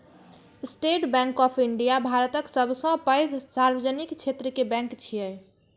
state bank of India भारतक सबसं पैघ सार्वजनिक क्षेत्र के बैंक छियै